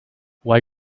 why